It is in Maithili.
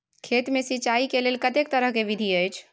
खेत मे सिंचाई के लेल कतेक तरह के विधी अछि?